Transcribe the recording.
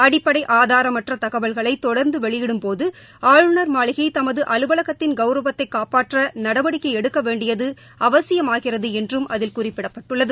அடிப்படை ஆதாரமற்ற தகவல்களை தொடர்ந்து வெளியிடும்போது ஆளுநர் மாளிகை தமது அலுவலகத்தின் கௌரவத்தை காப்பாற்ற நடவடிக்கை எடுக்க வேண்டியது அவசியமாகிறது என்றும் அதில் குறிப்பிடப்பட்டுள்ளது